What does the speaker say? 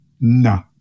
no